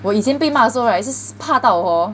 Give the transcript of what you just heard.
我以前被骂的时候 right 是怕到 hor